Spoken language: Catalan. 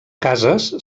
cases